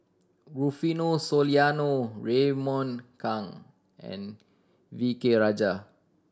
Rufino Soliano Raymond Kang and V K Rajah